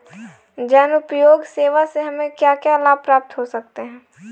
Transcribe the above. जनोपयोगी सेवा से हमें क्या क्या लाभ प्राप्त हो सकते हैं?